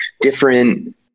different